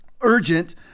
Urgent